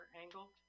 angle